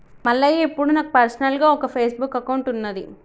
మల్లయ్య ఇప్పుడు నాకు పర్సనల్గా ఒక ఫేస్బుక్ అకౌంట్ ఉన్నది